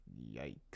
yikes